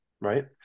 right